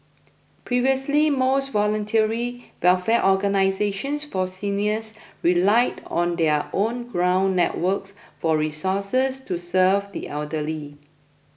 previously most voluntary welfare organisations for seniors relied on their own ground networks for resources to serve the elderly